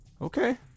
Okay